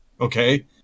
Okay